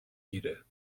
گیره